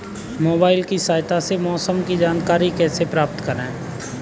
Mobile की सहायता से मौसम की जानकारी कैसे प्राप्त करें?